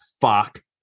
fuck